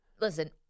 listen